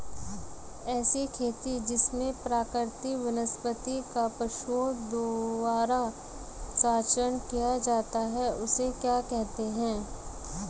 ऐसी खेती जिसमें प्राकृतिक वनस्पति का पशुओं द्वारा चारण किया जाता है उसे क्या कहते हैं?